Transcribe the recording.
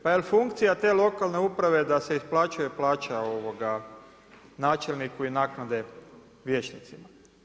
Pa jel' funkcija te lokalne uprave da se isplaćuje plaća načelniku i naknade liječnicima.